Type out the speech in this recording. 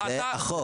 זה החוק.